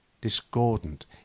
discordant